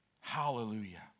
Hallelujah